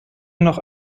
noch